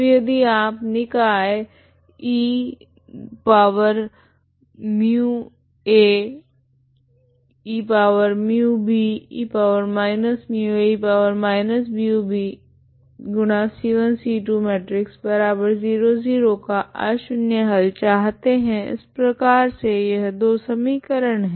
तो यदि आप निकाय का अशून्य हल चाहते है इस प्रकार से यह दो समीकरण है